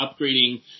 upgrading